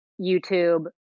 YouTube